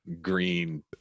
green